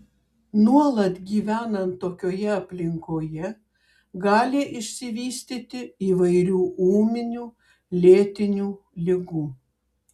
nuolat gyvenant tokioje aplinkoje gali išsivystyti įvairių ūminių lėtinių ligų